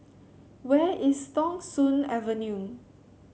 where is Thong Soon Avenue